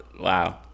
Wow